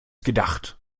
gedacht